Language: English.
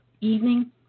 evening